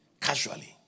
casually